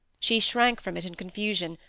she shrank from it in confusion,